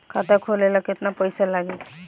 खाता खोले ला केतना पइसा लागी?